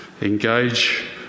engage